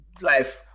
life